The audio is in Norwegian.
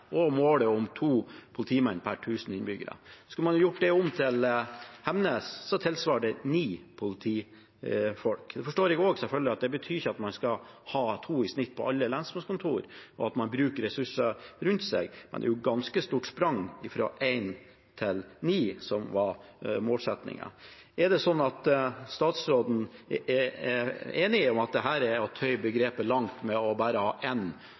og målet om to politimenn per tusen innbyggere. Skulle man hatt det i Hemnes, tilsvarer det ni politifolk. Jeg forstår selvfølgelig at det ikke betyr at man skal ha to i snitt på alle lensmannskontor, og at man bruker ressurser rundt seg, men det er et ganske stort sprang fra én til ni, som var målsettingen. Er statsråden enig i at det er å tøye begrepet langt bare å ha